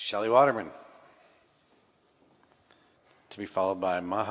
shelley waterman to be followed by my